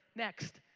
next,